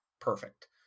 perfect